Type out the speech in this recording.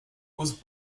was